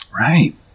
right